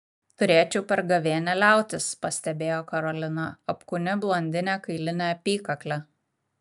turėčiau per gavėnią liautis pastebėjo karolina apkūni blondinė kailine apykakle